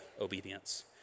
obedience